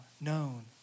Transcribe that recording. known